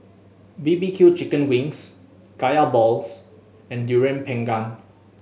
B B Q chicken wings Kaya balls and Durian Pengat